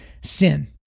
sin